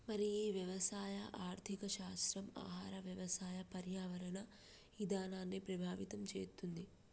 మరి ఈ వ్యవసాయ ఆర్థిక శాస్త్రం ఆహార వ్యవసాయ పర్యావరణ ఇధానాన్ని ప్రభావితం చేతుంది